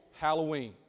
Halloween